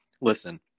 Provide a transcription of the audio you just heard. Listen